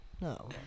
No